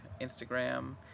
Instagram